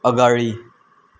अगाडि